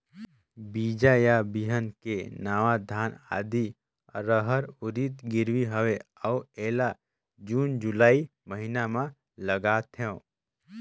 बीजा या बिहान के नवा धान, आदी, रहर, उरीद गिरवी हवे अउ एला जून जुलाई महीना म लगाथेव?